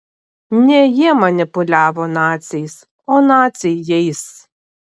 ne jie manipuliavo naciais o naciai jais